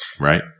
right